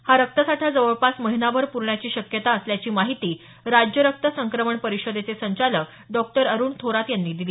हा रक्तसाठा जवळपास महिनाभर पुरण्याची शक्यता असल्याची माहिती राज्य रक्त संक्रमण परिषदेचे संचालक डॉक्टर अरुण थोरात यांनी दिली